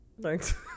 Thanks